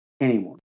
anymore